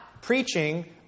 preaching